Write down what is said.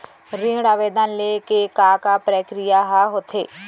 ऋण आवेदन ले के का का प्रक्रिया ह होथे?